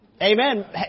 amen